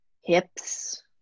hips